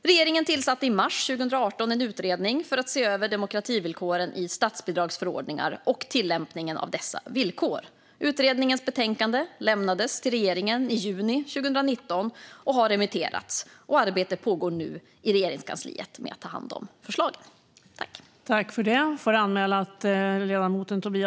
Regeringen tillsatte i mars 2018 en utredning för att se över demokrativillkoren i statsbidragsförordningar och tillämpningen av dessa villkor. Utredningens betänkande lämnades till regeringen i juni 2019 och har remitterats. Arbete pågår nu i Regeringskansliet med att ta hand om förslagen.